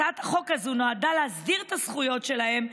הצעת החוק הזאת נועדה להסדיר את הזכויות שלהם,